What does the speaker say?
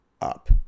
up